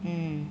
mm